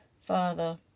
Father